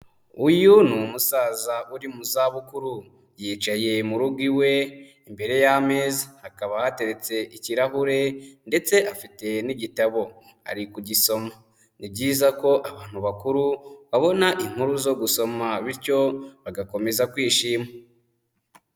Uyu ni umusaza uri mu za bukuru, yicaye mu rugo iwe imbere y'ameza, hakaba hateretse ikirahure ndetse afite n'igitabo ari kugisoma, ni byiza ko abantu bakuru babona inkuru zo gusoma bityo bagakomeza kwishima.